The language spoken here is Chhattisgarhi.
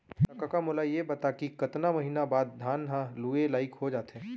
त कका मोला ये बता कि कतका महिना बाद धान ह लुए लाइक हो जाथे?